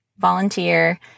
volunteer